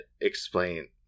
Explain